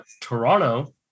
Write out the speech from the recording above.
Toronto